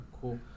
cool